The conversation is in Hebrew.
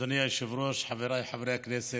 אדוני היושב-ראש, חבריי חברי הכנסת,